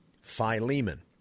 Philemon